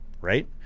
right